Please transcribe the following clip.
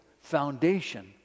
foundation